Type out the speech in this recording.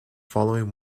following